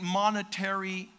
monetary